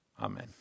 Amen